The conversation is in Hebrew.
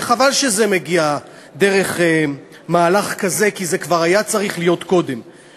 וחבל שזה מגיע דרך מהלך כזה כי זה כבר היה צריך להיות קודם,